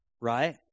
Right